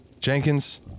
Jenkins